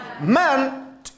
Man